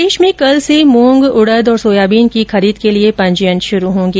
प्रदेश में कल से मूंग उड़द और सोयाबीन की खरीद के लिए पंजीयन शुरू होंगे